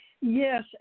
Yes